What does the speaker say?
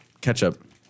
ketchup